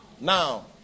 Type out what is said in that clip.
Now